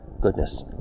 goodness